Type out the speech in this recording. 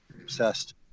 obsessed